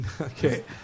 Okay